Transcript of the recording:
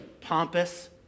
pompous